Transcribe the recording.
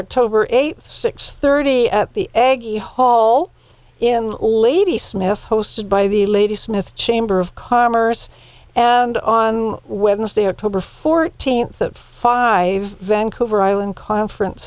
october eighth six thirty at the eggy hall in lady smith hosted by the lady smith chamber of commerce and on wednesday october fourteenth at five vancouver island conference